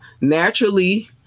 naturally